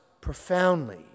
profoundly